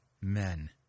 men